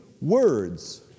Words